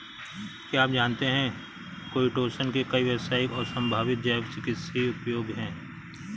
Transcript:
क्या आप जानते है काइटोसन के कई व्यावसायिक और संभावित जैव चिकित्सीय उपयोग हैं?